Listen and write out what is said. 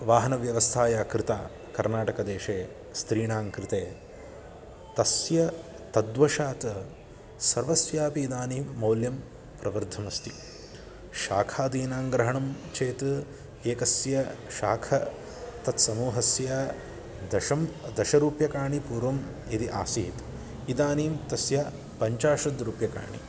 वाहनव्यवस्था या कृता कर्नाटकदेशे स्त्रीणां कृते तस्य तद्वशात् सर्वस्यापि इदानीं मौल्यं प्रवर्धमस्ति शाखादीनां ग्रहणं चेत् एकस्य शाखं तत्समूहस्य दशं दशरूप्यकाणि पूर्वं यदि आसीत् इदानीं तस्य पञ्चाशत् रूप्यकाणि